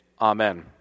Amen